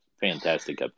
fantastic